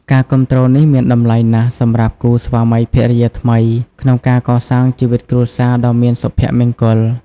ការគាំទ្រនេះមានតម្លៃណាស់សម្រាប់គូស្វាមីភរិយាថ្មីក្នុងការកសាងជីវិតគ្រួសារដ៏មានសុភមង្គល។